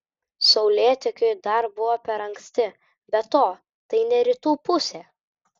saulėtekiui dar buvo per anksti be to tai ne rytų pusė